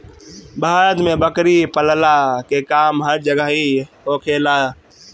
भारत में बकरी पलला के काम हर जगही होखेला